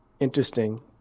interesting